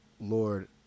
Lord